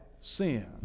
sin